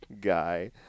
guy